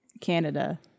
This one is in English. Canada